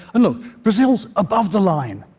and look, brazil's above the line.